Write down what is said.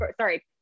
sorry